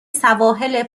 سواحل